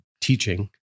teaching